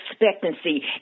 expectancy